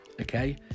okay